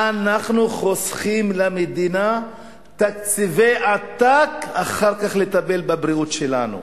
אנחנו חוסכים למדינה תקציבי עתק אחר כך לטפל בבריאות שלנו.